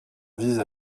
vise